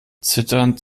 zitternd